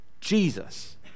Jesus